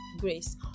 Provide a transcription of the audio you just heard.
Grace